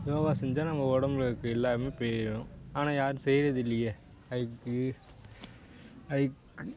யோகா செஞ்சால் நம்ம உடம்புல இருக்க எல்லாமே போயிடும் ஆனால் யாரும் செய்கிறது இல்லையே அதுக்கு அதுக்